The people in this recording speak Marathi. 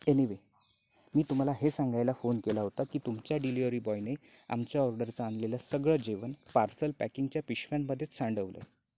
एनी वे मी तुम्हाला हे सांगायला फोन केला होता की तुमच्या डिलिव्हरी बॉयने आमच्या ऑर्डरचं आणलेलं सगळं जेवण पार्सल पॅकिंगच्या पिशव्यांमध्येच सांडवलं